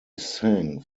sang